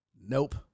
Nope